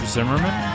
Zimmerman